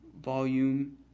volume